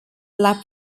lap